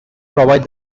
provide